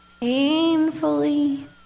painfully